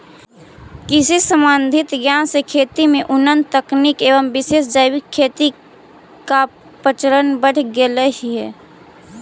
कृषि संबंधित ज्ञान से खेती में उन्नत तकनीक एवं विशेष जैविक खेती का प्रचलन बढ़ गेलई हे